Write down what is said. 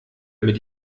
mit